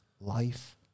life